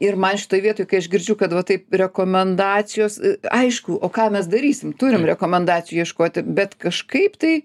ir man šitoj vietoj kai aš girdžiu kad va taip rekomendacijos aišku o ką mes darysim turim rekomendacijų ieškoti bet kažkaip tai